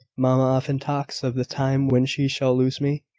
mamma often talks of the time when she shall lose me,